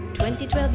2012